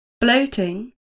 bloating